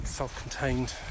self-contained